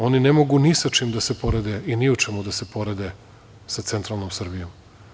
Oni ne mogu ni sa čim da se porede i ni u čemu da se porede sa centralnom Srbijom.